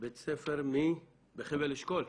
בית ספר מחבל אשכול.